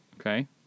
okay